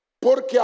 Porque